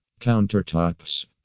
countertops